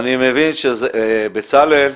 בצלאל.